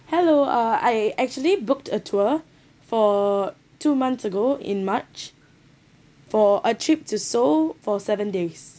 hello uh I actually booked a tour for two months ago in march for a trip to seoul for seven days